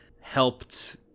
helped